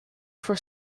for